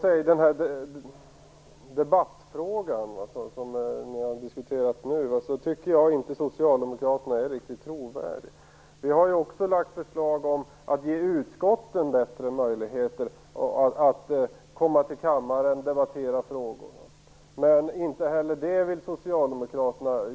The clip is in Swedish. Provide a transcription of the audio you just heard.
Fru talman! I debattfrågan, som ni har diskuterat nu, tycker jag inte att Socialdemokraterna är riktigt trovärdiga. Vi har ju också lagt fram förslag om att ge utskotten bättre möjligheter att komma till kammaren och debattera frågorna. Men inte heller det vill Socialdemokraterna.